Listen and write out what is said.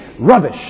Rubbish